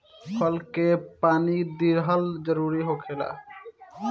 फसल के पानी दिहल जरुरी होखेला